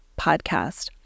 podcast